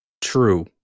True